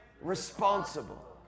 responsible